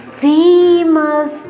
famous